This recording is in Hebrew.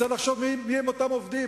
צריך לחשוב מיהם אותם עובדים,